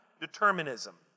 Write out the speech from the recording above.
determinism